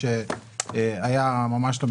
אני מבקש ממשרד